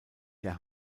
der